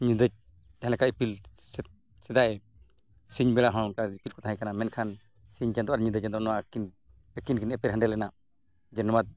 ᱧᱤᱫᱟᱹ ᱡᱟᱦᱟᱸ ᱞᱮᱠᱟ ᱤᱯᱤᱞ ᱥᱮᱫᱟᱭ ᱥᱤᱧ ᱵᱮᱲᱟ ᱦᱚᱸ ᱚᱱᱠᱟ ᱤᱯᱤᱞ ᱠᱚ ᱛᱟᱦᱮᱸ ᱠᱟᱱᱟ ᱢᱮᱱᱠᱷᱟᱱ ᱥᱤᱧ ᱪᱟᱸᱫᱳ ᱟᱨ ᱧᱤᱫᱟᱹ ᱪᱟᱸᱫᱳ ᱱᱚᱣᱟ ᱠᱤᱱ ᱟᱹᱠᱤᱱ ᱠᱤᱱ ᱮᱯᱮᱨ ᱦᱮᱸᱰᱮᱡ ᱞᱮᱱᱟ ᱡᱮ ᱱᱚᱣᱟ